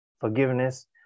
Forgiveness